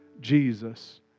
Jesus